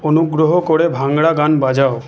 অনুগ্রহ করে ভাংড়া গান বাজাও